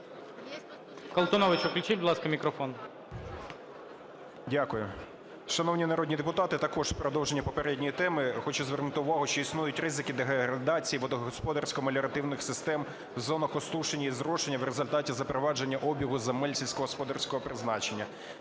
Дякую. Шановні народні депутати, також в продовження попередньої теми хочу звернути увагу, що існують ризики деградації водогосподарсько-меліоративних систем в зонах осушення і зрошення в результаті запровадження обігу земель сільськогосподарського призначення.